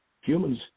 Humans